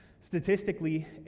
statistically